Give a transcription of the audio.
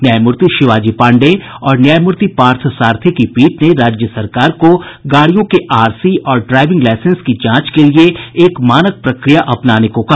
न्यायमूर्ति शिवाजी पांडेय और न्यायमूर्ति पार्थसारथी की पीठ ने राज्य सरकार को गाड़ियों के आरसी और ड्राईविंग लाईसेंस की जांच के लिए एक मानक प्रक्रिया अपनाने को कहा